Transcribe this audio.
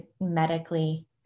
medically